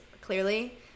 clearly